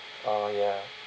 oh ya